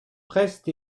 prest